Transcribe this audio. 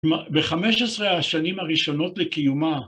בחמש עשרה השנים הראשונות לקיומה